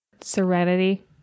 Serenity